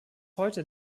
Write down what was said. heute